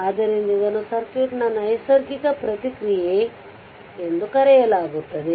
ಆದ್ದರಿಂದ ಇದನ್ನು ಸರ್ಕ್ಯೂಟ್ನ ನೈಸರ್ಗಿಕ ಪ್ರತಿಕ್ರಿಯೆ ಎಂದು ಕರೆಯಲಾಗುತ್ತದೆ